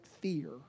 fear